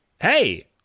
Hey